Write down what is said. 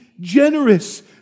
generous